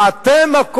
את זה אינכם מקבלים.